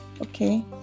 okay